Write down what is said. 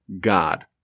God